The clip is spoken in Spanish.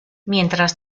mientras